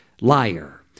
liar